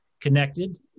connected